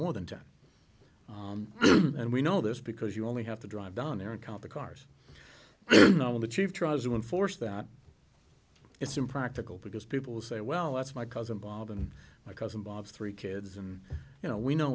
more than ten and we know this because you only have to drive down there and count the cars you know when the chief tries to enforce that it's impractical because people say well that's my cousin bob and my cousin bob's three kids and you know we know